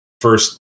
first